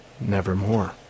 Nevermore